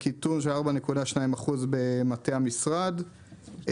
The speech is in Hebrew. יש קיטון של 4.2% במטה המשרד,